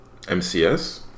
MCS